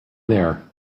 there